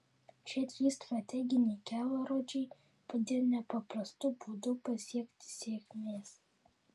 šie trys strateginiai kelrodžiai padėjo nepaprastu būdu pasiekti sėkmės